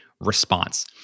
response